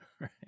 Right